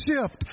shift